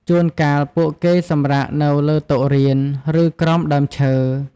ជួនកាល ពួកគេសម្រាកនៅលើតុរៀន ឬ ក្រោមដើមឈើ។